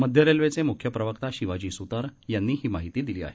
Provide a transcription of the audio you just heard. मध्य रेल्वेचे मुख्य प्रवक्ता शिवाजी सुतार यांनी ही माहिती दिली आहे